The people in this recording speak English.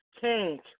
tank